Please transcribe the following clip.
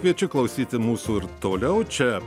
kviečiu klausyti mūsų ir toliau čia